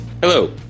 Hello